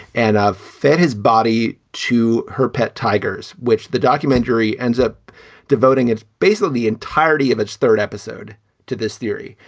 and i've fed his body to her pet tigers, which the documentary ends up devoting. it's basically the entirety of its third episode to this theory.